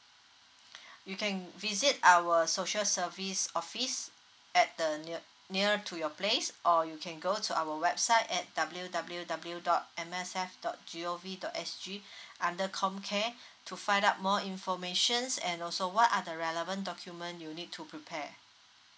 you can visit our social service office at the near near to your place or you can go to our website at W W W dot M S F dot G_O_V dot S_G under comcare to find out more information and also what are the relevant document you need to prepare